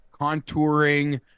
contouring